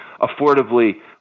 affordably